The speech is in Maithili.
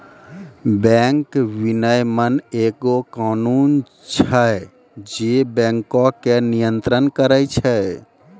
बैंक विनियमन एगो कानून छै जे बैंको के नियन्त्रण करै छै